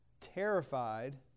terrified